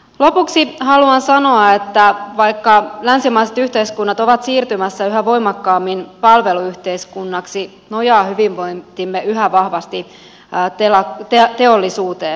lopuksi haluan sanoa että vaikka länsimaiset yhteiskunnat ovat siirtymässä yhä voimakkaammin palveluyhteiskunniksi nojaa hyvinvointimme yhä vahvasti teollisuuteen